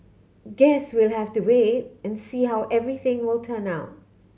guess we'll have to wait and see how everything will turn out